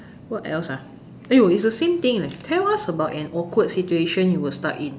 what else ah !aiyo! it's the same thing leh tell us about an awkward situation you were stuck in